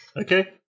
Okay